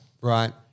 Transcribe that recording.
Right